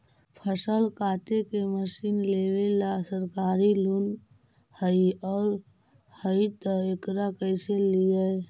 फसल काटे के मशीन लेबेला सरकारी लोन हई और हई त एकरा कैसे लियै?